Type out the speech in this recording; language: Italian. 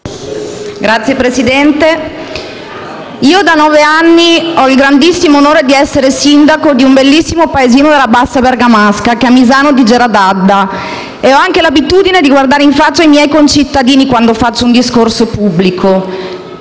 Signor Presidente, da nove anni ho il grandissimo onore di essere sindaco di un bellissimo paesino della Bassa Bergamasca, che è Misano di Gera d'Adda, e ho l'abitudine di guardare in faccia i miei concittadini quando faccio un discorso pubblico.